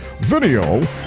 video